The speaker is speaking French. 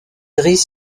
gris